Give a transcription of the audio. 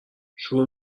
شروع